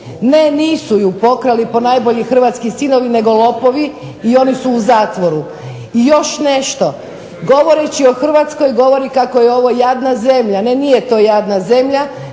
Ne, nisu ju pokrali ponajbolji hrvatski sinovi nego lopovi i oni su u zatvoru. I još nešto, govoreći o Hrvatskoj govori kako je ovo jadna zemlja. Ne, nije to jadna zemlja,